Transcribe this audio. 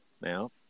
now